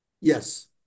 Yes